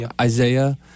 Isaiah